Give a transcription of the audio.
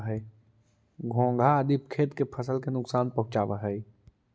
घोंघा आदि खेत के फसल के नुकसान पहुँचावऽ हई